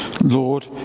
Lord